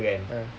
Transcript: ah